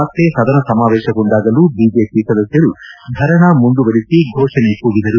ಮತ್ತೆ ಸದನ ಸಮಾವೇಶಗೊಂಡಾಗಲೂ ಬಿಜೆಪಿ ಸದಸ್ಟರು ಧರಣಿ ಮುಂದುವರಿಸಿ ಘೋಷಣೆ ಕೂಗಿದರು